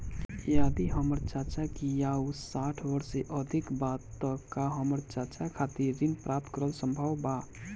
यदि हमर चाचा की आयु साठ वर्ष से अधिक बा त का हमर चाचा खातिर ऋण प्राप्त करल संभव बा